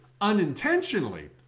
unintentionally